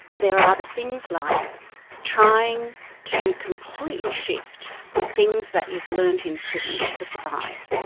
there are the things like trying to completely shift the things that you've learned in prison to survive.